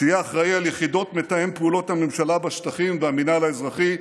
שיהיה אחראי ליחידות מתאם פעולות הממשלה בשטחים והמינהל האזרחי,